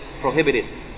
prohibited